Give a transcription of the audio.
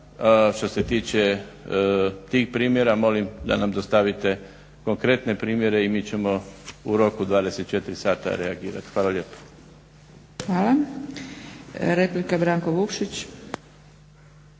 Što se tiče tih primjera molim da nam dostavite konkretne primjere i mi ćemo u roku 24 sata reagirati. Hvala lijepo. **Zgrebec, Dragica